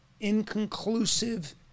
inconclusive